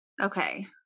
okay